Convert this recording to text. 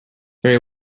very